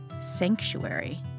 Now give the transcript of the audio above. sanctuary